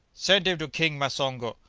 send him to king masongo!